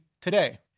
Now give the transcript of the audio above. today